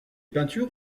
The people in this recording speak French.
peintures